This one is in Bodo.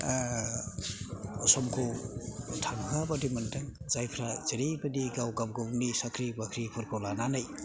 समखौ थांहोआ बायदि मोनदों जायफ्रा जेरैबादि गाव गावनि साख्रि बाख्रि फोरखौ लानानै